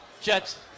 Jets